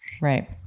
Right